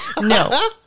no